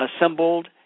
assembled